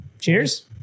cheers